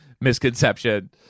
misconception